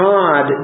God